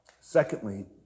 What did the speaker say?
Secondly